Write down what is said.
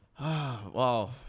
Wow